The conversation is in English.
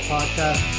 Podcast